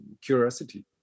curiosity